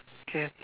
can